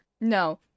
No